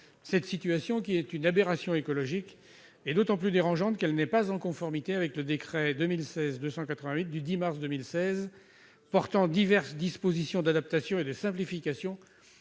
Cette situation, qui est une aberration écologique, est d'autant plus dérangeante qu'elle n'est pas en conformité avec le décret n° 2016-288 du 10 mars 2016 portant diverses dispositions d'adaptation et de simplification